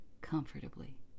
comfortably